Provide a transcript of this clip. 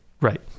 Right